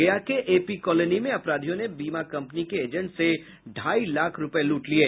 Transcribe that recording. गया के AP colony में अपराधियों ने बीमा कंपनी के एजेंट से ढाई लाख रूपये लूट लिये